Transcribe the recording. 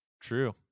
true